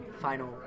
final